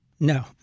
No